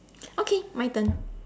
okay my turn